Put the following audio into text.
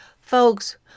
Folks